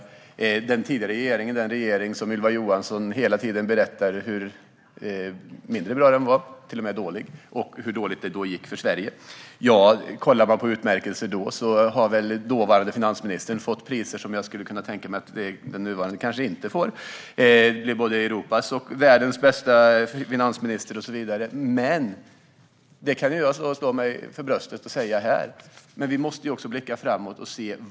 Låt oss titta på den tidigare regeringen - den som Ylva Johansson hela tiden talar om och berättar att den var mindre bra, eller till och med dålig, och hur dåligt det gick för Sverige under den tiden. Om man kollar på utmärkelser ser man att den dåvarande finansministern har fått priser som jag skulle kunna tänka mig att den nuvarande kanske inte får. Det handlar om att bli utsedd till både Europas och världens bästa finansminister och så vidare. Detta kan jag dock stå och slå mig för bröstet för här, men vi måste också blicka framåt.